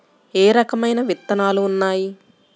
ఏ రకమైన విత్తనాలు ఉన్నాయి?